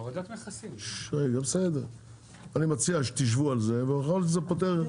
אני מציע שתשבו על זה ויכול להיות שזה פותר,